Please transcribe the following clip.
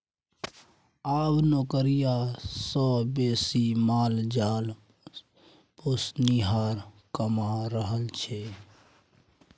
आब नौकरिया सँ बेसी माल जाल पोसनिहार कमा रहल छै